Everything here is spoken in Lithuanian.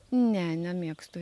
ne nemėgstu